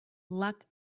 luck